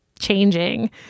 changing